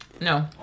No